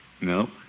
No